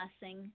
blessing